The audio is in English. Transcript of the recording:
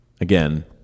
again